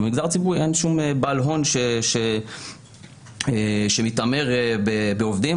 אין שום בעל הון שמתעמר בעובדים.